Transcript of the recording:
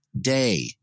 day